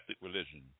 Religion